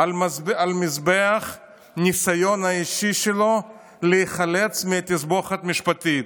על מזבח הניסיון האישי שלו להיחלץ מתסבוכת משפטית.